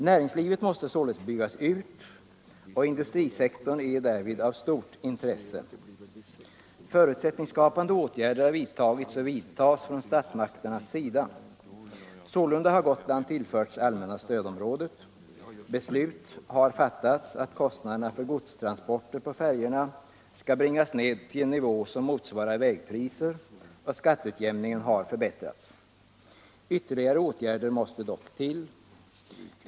Näringslivet måste således byggas ut, och industrisektorn är därvid av stort intresse. Förutsättningsskapande åtgärder har vidtagits och vidtas från statsmakternas sida. Sålunda har Gotland tillförts allmänna stödområdet, beslut har fattats att kostnaderna för godstransporter på färjorna skall bringas ned till en nivå som motsvarar vägpriserna, och skatteutjämningen har förbättrats. Ytterligare åtgärder måste dock till.